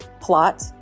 plot